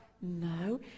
no